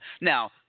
Now